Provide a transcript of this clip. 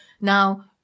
Now